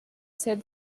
said